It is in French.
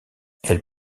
elle